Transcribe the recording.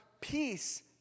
peace